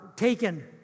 Taken